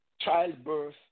childbirth